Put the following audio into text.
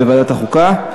בוועדת החוקה.